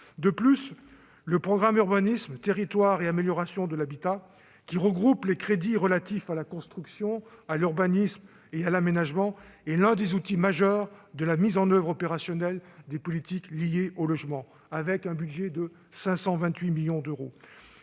décent. Le programme « Urbanisme, territoires et amélioration de l'habitat », qui regroupe les crédits relatifs à la construction, à l'urbanisme et à l'aménagement, est l'un des outils majeurs pour la mise en oeuvre opérationnelle des politiques liées au logement, avec un budget de 528 millions d'euros.